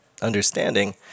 understanding